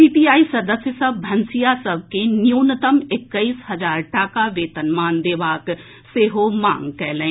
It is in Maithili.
सीपीआई सदस्य सभ भनसिया सभ के न्यूनतम एक्कैस हजार टाका वेतनमान देबाक सेहो मांग कयलनि